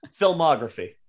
filmography